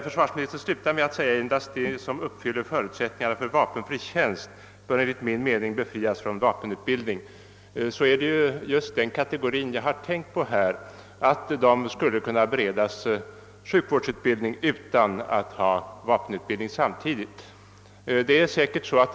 Försvarsministern slutar sitt svar med orden: »Endast de som uppfyller förutsättningarna för vapenfri tjänst bör enligt min mening befrias från vapenutbildning.» Det är just den kategorin som jag tänkt skulle kunna beredas sjukvårdsutbildning utan samtidig vapenutbildning.